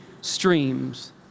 streams